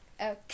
Okay